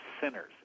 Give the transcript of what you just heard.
sinners